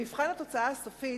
במבחן התוצאה הסופית,